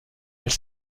elle